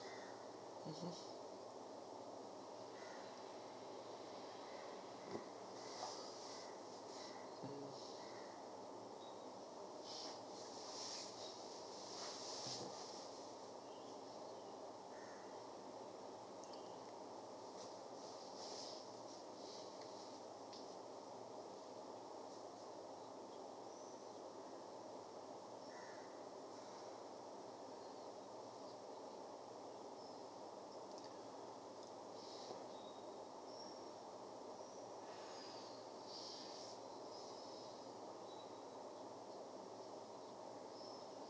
mmhmm mm